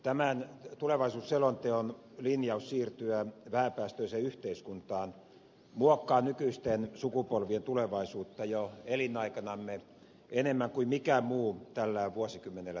tämän tulevaisuusselonteon linjaus siirtyä vähäpäästöiseen yhteiskuntaan muokkaa nykyisten sukupolvien tulevaisuutta jo elinaikanamme enemmän kuin mikään muu tällä vuosikymmenellä tehty päätös